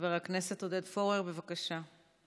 חבר הכנסת עודד פורר, בבקשה.